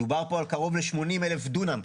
דובר פה על קרוב ל-80,000 דונם.